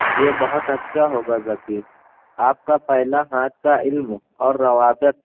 یہ بہت اچھا ہوگا ذکی آپ کا پہلا حادثہ علم اور روابط